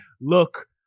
look